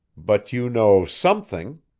but you know something,